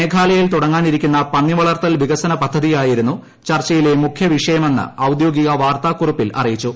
മേഘാലയയിൽ തുടങ്ങാനിരിക്കുന്ന പന്നി വളർത്തൽ വികസന പദ്ധതിയായിരുന്നു ചർച്ചയിലെ മുഖ്യ വിഷയമെന്ന് ഔദ്യോഗിക വാർത്താക്കുറിപ്പിൽ അറിയിച്ചു